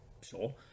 Sure